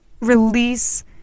release